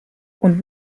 und